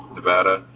Nevada